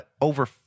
over